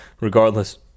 regardless